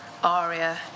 aria